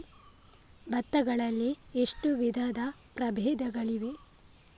ಭತ್ತ ಗಳಲ್ಲಿ ಎಷ್ಟು ವಿಧದ ಪ್ರಬೇಧಗಳಿವೆ?